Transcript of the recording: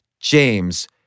James